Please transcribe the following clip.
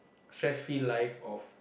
stress free life of